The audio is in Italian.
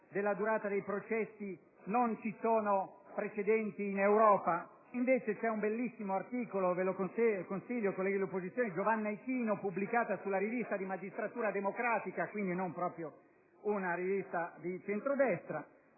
della durata dei processi non ci sono precedenti in Europa. Invece, c'è un bellissimo articolo - ve lo consiglio, colleghi dell'opposizione - di Giovanna Ichino, pubblicato sulla rivista di Magistratura democratica (quindi non proprio una rivista di centrodestra),